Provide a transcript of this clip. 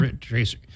tracer